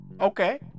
Okay